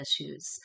issues